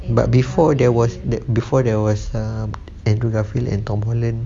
but before there was that before there was ah andrew garfield and tom holland